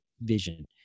vision